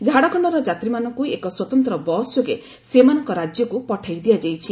ଝାଡ଼ଖଣ୍ଡର ଯାତ୍ରୀମାନଙ୍କୁ ଏକ ସ୍ୱତନ୍ତ୍ର ବସ୍ଯୋଗେ ସେମାନଙ୍କ ରାଜ୍ୟକୁ ପଠାଇ ଦିଆଯାଇଛି